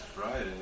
Friday